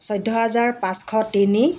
চৈধ্য হাজাৰ পাঁচশ তিনি